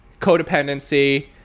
codependency